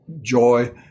joy